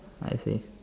I see